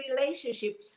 relationship